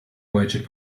waged